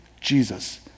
Jesus